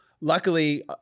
luckily